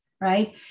right